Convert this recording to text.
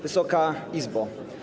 Wysoka Izbo!